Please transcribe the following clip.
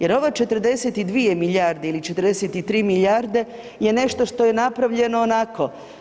Jer ova 42 milijarde ili 43 milijarde je nešto što je napravljeno onako.